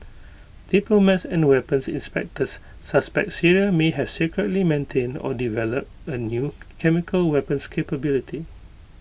diplomats and weapons inspectors suspect Syria may have secretly maintained or developed A new chemical weapons capability